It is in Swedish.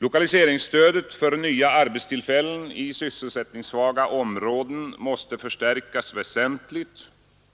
Lokaliseringsstödet för nya arbetstillfällen i sysselsättningssvaga områden måste förstärkas väsentligt